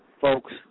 folks